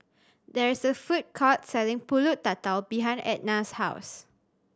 there is a food court selling Pulut Tatal behind Etna's house